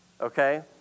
Okay